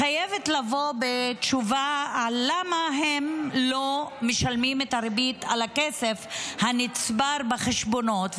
חייבת לבוא תשובה למה הם לא משלמים את הריבית על הכסף הנצבר בחשבונות,